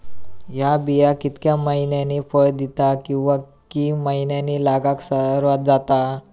हया बिया कितक्या मैन्यानी फळ दिता कीवा की मैन्यानी लागाक सर्वात जाता?